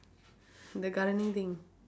the gardening thing